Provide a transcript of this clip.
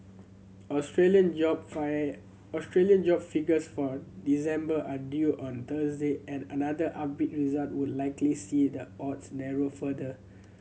Australian job fire Australian job figures for December are due on Thursday and another upbeat result would likely see the odds narrow further